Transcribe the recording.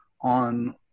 on